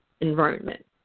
environment